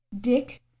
dick